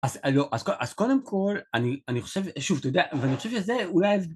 אז לא, אז קודם כל, אני חושב ששוב, אתה יודע, ואני חושב שזה אולי...